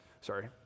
Sorry